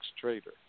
trader